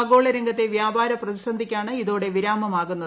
ആഗോള രംഗത്തെ വ്യാപാര പ്രതിസന്ധിക്കാണ് ഇതോടെ വിരാമമാകുന്നത്